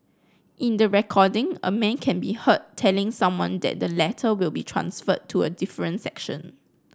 in the recording a man can be heard telling someone that the latter will be transferred to a different section